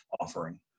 offering